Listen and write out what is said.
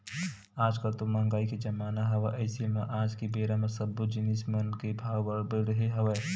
आज कल तो मंहगाई के जमाना हवय अइसे म आज के बेरा म सब्बो जिनिस मन के भाव बड़हे हवय